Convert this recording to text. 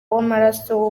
w’amaraso